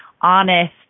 honest